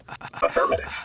Affirmative